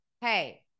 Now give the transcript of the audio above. hey